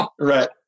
Right